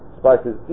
spices